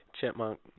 Chipmunk